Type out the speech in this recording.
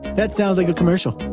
that sounds like a commercial.